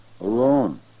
Alone